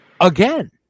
again